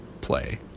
play